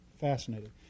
fascinating